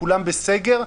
כולם בסגר,